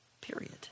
Period